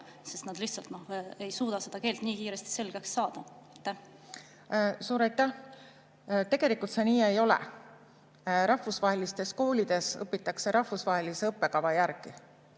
sest nad lihtsalt ei suuda seda keelt nii kiiresti selgeks saada. Suur aitäh! Tegelikult see nii ei ole. Rahvusvahelistes koolides õpitakse rahvusvahelise õppekava järgi.